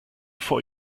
vor